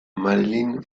marilyn